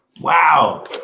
Wow